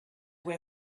were